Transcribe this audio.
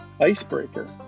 icebreaker